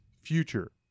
future